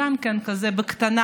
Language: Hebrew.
זה גם כן כזה בקטנה,